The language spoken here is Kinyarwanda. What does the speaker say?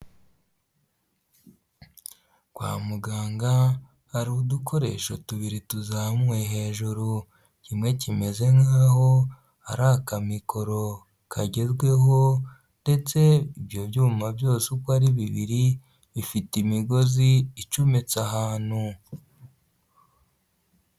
Kwa muganga hari udukoresho tubiri tuzamuwe hejuru, kimwe kimeze nk'aho ari akamikoro kagerweho ndetse ibyo byuma byose uko ari bibiri, bifite imigozi icometse ahantu.